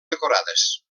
decorades